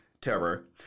terror